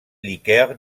liqueur